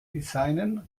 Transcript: designen